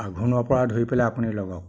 আঘোণৰপৰা ধৰি পেলাই আপুনি লগাওক